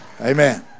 Amen